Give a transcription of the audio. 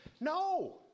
no